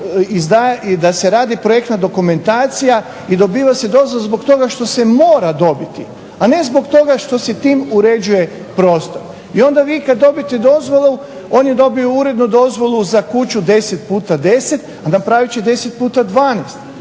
da se radi projektna dokumentacija i dobiva se dozvola zbog toga što se mora dobiti, a ne zbog toga što se tim uređuje prostor. I onda vi kad dobijete dozvolu, oni dobiju uredno dozvolu za kuću 10x10, a napravit će 10x12.